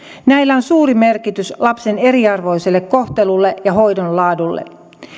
näillä on suuri merkitys lapsen eriarvoiselle kohtelulle ja hoidon laadulle